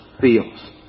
feels